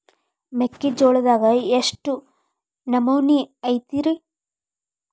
ಮೆಕ್ಕಿಜೋಳದಾಗ ಎಷ್ಟು ನಮೂನಿ ಐತ್ರೇ?